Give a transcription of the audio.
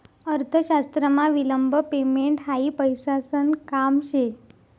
अर्थशास्त्रमा विलंब पेमेंट हायी पैसासन काम शे